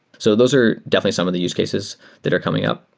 so those are definitely some of the use cases that are coming up.